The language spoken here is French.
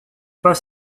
pas